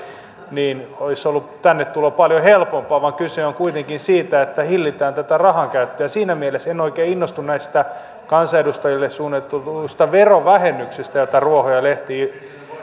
niin olisi ollut tänne tulo paljon helpompaa vaan kyse on kuitenkin siitä että hillitään tätä rahankäyttöä ja siinä mielessä en oikein innostu näistä kansanedustajille suunnitelluista verovähennyksistä joita ruoho ja lehti